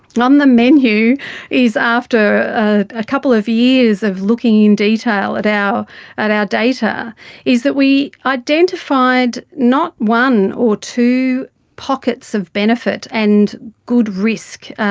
and on the menu is after a couple of years of looking in detail at our at our data is that we identified not one or two pockets of benefit and good risk